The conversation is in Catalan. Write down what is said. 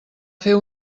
fer